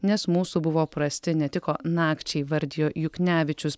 nes mūsų buvo prasti netiko nakčiai vardijo juknevičius